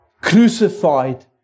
crucified